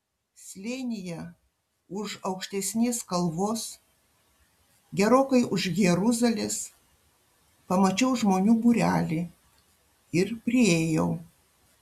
slėnyje už aukštesnės kalvos gerokai už jeruzalės pamačiau žmonių būrelį ir priėjau